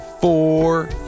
Four